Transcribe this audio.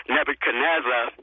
Nebuchadnezzar